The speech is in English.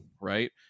right